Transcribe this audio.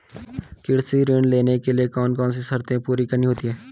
कृषि ऋण लेने के लिए कौन कौन सी शर्तें पूरी करनी होती हैं?